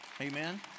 Amen